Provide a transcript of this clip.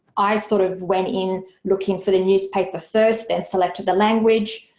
i sort of went in looking for the newspaper first there selected the language.